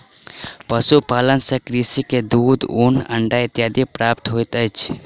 पशुपालन सॅ कृषक के दूध, ऊन, अंडा इत्यादि प्राप्त होइत अछि